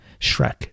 Shrek